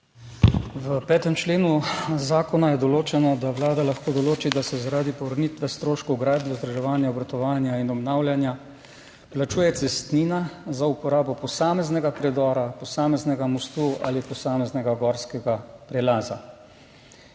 V 5. členu zakona je določeno, da Vlada lahko določi, da se zaradi povrnitve stroškov gradnje, vzdrževanja, obratovanja in obnavljanja plačuje cestnina za uporabo posameznega predora, posameznega mostu ali posameznega gorskega prelaza.